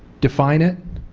define it.